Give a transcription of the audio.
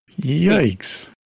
Yikes